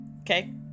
Okay